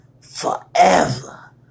forever